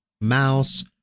Mouse